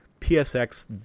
psx